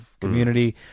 community